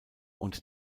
und